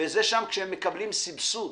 וזה כשהם מקבלים סבסוד.